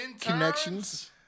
connections